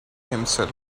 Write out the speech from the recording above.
himself